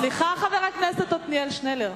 סליחה, חבר הכנסת עתניאל שנלר.